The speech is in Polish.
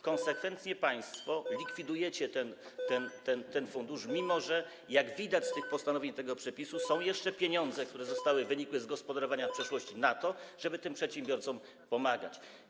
Konsekwentnie państwo likwidujecie ten fundusz, mimo że - jak widać z postanowień tego przepisu - są jeszcze pieniądze, które są wynikiem gospodarowania w przeszłości, na to, żeby tym przedsiębiorcom pomagać.